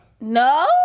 No